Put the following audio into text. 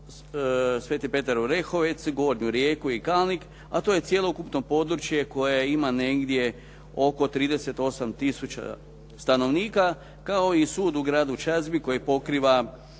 Sveti Petar Orehovec, Gornju Rijeku i Kalnik, a to je cjelokupno područje koje ima negdje oko 38 tisuća stanovnika, kao i sud u gradu Čazmi koji pokriva